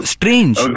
Strange